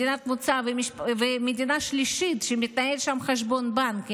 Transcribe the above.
מדינת מוצא ומדינה שלישית שמתנהל שם חשבון בנק,